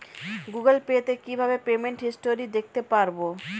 Google Pay তে কিভাবে payment history দেখতে পারবো?